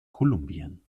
kolumbien